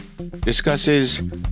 discusses